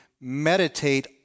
meditate